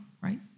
right